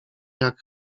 jak